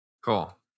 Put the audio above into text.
Cool